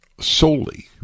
solely